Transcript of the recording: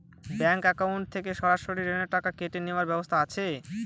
Bank account থেকে সরাসরি ঋণের টাকা কেটে নেওয়ার ব্যবস্থা আছে?